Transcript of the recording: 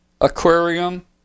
aquarium